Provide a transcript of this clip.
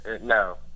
No